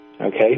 Okay